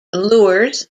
lures